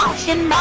Ocean